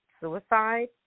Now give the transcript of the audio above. suicide